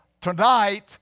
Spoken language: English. tonight